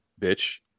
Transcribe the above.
bitch